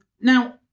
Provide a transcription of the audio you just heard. Now